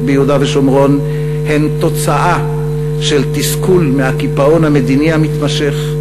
ביהודה ושומרון הן תוצאה של תסכול מהקיפאון המדיני המתמשך,